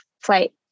flight